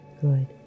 Good